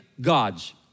gods